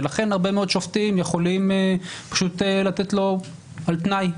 לכן הרבה מאוד שופטים יכולים פשוט לתת לו על תנאי.